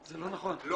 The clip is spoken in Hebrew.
מנכ"ל מעיינות החוף.